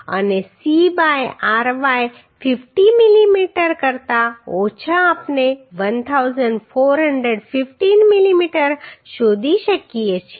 અને C by ry 50 mm કરતા ઓછા આપણે 1415 મીલીમીટર શોધી શકીએ છીએ